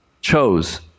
chose